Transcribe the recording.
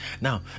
now